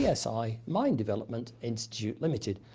yeah psi mind development institute ltd.